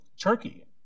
Turkey